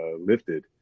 lifted